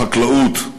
בחקלאות,